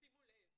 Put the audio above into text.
שימו לב,